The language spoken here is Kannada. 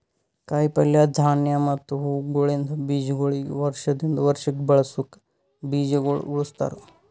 ಕಾಯಿ ಪಲ್ಯ, ಧಾನ್ಯ ಮತ್ತ ಹೂವುಗೊಳಿಂದ್ ಬೀಜಗೊಳಿಗ್ ವರ್ಷ ದಿಂದ್ ವರ್ಷಕ್ ಬಳಸುಕ್ ಬೀಜಗೊಳ್ ಉಳುಸ್ತಾರ್